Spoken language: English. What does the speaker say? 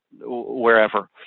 wherever